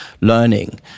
learning